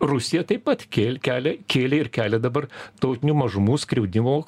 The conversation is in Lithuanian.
rusija taip pat kėlė kelia kėlė ir kelia dabar tautinių mažumų skriaudimo